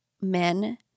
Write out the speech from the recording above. men